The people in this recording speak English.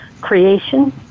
creation